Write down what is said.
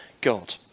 God